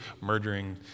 murdering